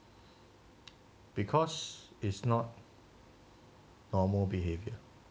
because it's not normal behavior